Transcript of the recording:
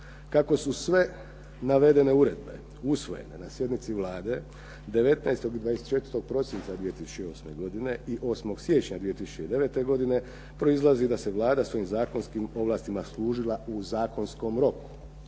Kako su sve navedene uredbe usvojene na sjednici Vlade 19. i 24. prosinca 2008. godine i 8. siječnja 2009. godine proizlazi da se Vlada svojim zakonskim ovlastima služila u zakonskom roku.